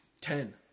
Ten